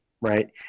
right